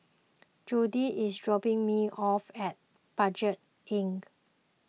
Jordi is dropping me off at Budget Inn